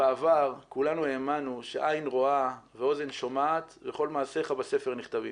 בעבר כולנו האמנו שעין רואה ואוזן שומעת וכל מעשיך בספר נכתבים,